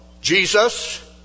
Jesus